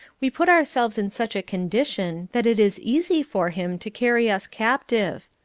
we put ourselves in such a condition that it is easy for him to carry us captive.